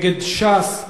נגד ש"ס,